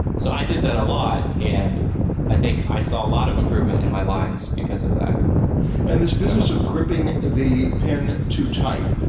so i did that a lot and i think i saw a lot of improvement in my lines because of that and this business of gripping the pin too tight.